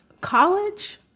college